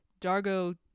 Dargo